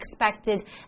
expected